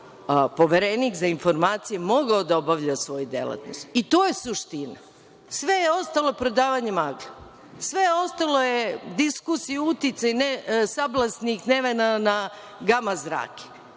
Poverenik za informacije mogao da obavlja svoju delatnost? To je suština. Sve ostalo je prodavanje magle. Sve ostalo je diskus i uticaj sablasnih nevena na gama zrake. Znači,